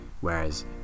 Whereas